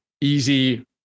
easy